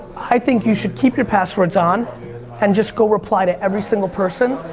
i think you should keep your passwords on and just go reply to every single person.